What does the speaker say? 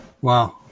Wow